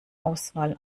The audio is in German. auswahl